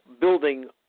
building